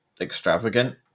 extravagant